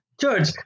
church